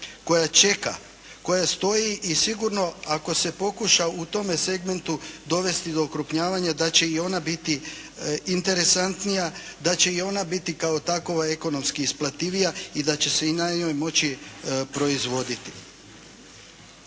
koja čeka, koja stoji i sigurno ako se pokuša u tome segmentu dovesti do okrupnjavanja da će i ona biti interesantnija, da će i ona biti kao takova ekonomski isplativija i da će se i na njoj moći proizvoditi.